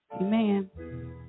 Amen